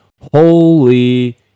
holy